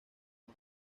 con